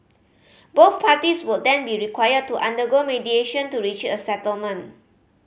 both parties would then be required to undergo mediation to reach a settlement